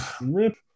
Rip